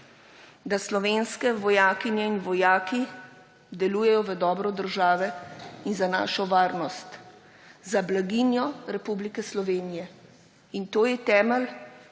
da slovenske vojakinje in vojaki delujejo v dobro države in za našo varnost, za blaginjo Republike Slovenije. In to je temelj